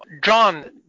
John